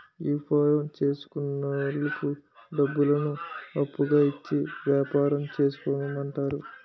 యాపారం చేసుకున్నోళ్లకు డబ్బులను అప్పుగా ఇచ్చి యాపారం చేసుకోమంటారు